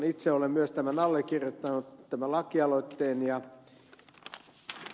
itse olen myös tämän lakialoitteen allekirjoittanut